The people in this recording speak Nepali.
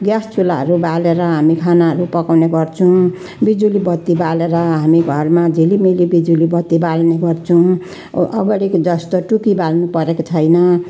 ग्यास चुलाहरू बालेर हामी खानाहरू पकाउने गर्छौँ बिजुली बत्ती बालेर हामी घरमा झिलिमिली बिजुली बत्ती बाल्ने गर्छौँ अ अगाडि जस्तो टुकी बाल्नुपरेको छैन